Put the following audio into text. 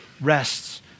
rests